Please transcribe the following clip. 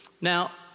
Now